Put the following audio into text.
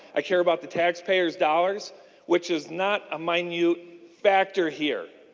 i care about the taxpayers dollars which is not a minute factor here.